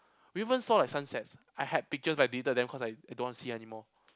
we even saw like sunsets I had pictures but I deleted them cause I I don't want see anymore